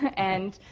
and